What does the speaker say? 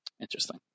interesting